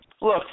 Look